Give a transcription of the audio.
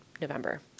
November